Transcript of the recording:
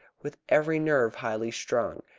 with every nerve highly strung,